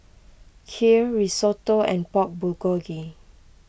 Kheer Risotto and Pork Bulgogi